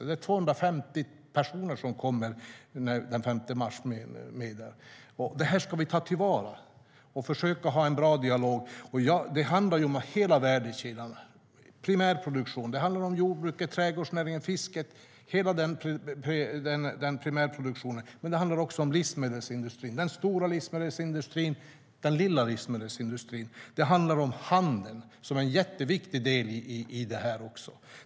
Det är 250 personer som kommer den 5 mars. Detta ska vi ta till vara och försöka ha en bra dialog. Det handlar om hela värdekedjan. Det handlar om primärproduktionen - jordbruket, trädgårdsnäringen, fisket. Men det handlar också om livsmedelsindustrin, den stora och den lilla livsmedelsindustrin. Det handlar om handeln som är en jätteviktig del i detta.